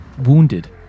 wounded